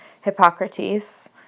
Hippocrates